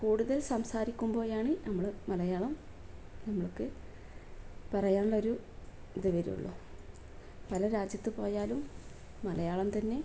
കൂടുതൽ സംസാരിക്കുമ്പോളാണ് നമ്മൾ മലയാളം നമ്മൾക്ക് പറയാനുള്ള ഒരു ഇത് വരികയുള്ളൂ പല രാജ്യത്ത് പോയാലും മലയാളം തന്നെ